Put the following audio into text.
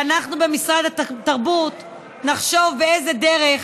ואנחנו במשרד התרבות נחשוב באיזו דרך